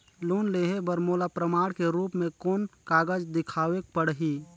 Loan लेहे बर मोला प्रमाण के रूप में कोन कागज दिखावेक पड़ही?